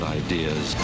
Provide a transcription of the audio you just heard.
ideas